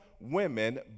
women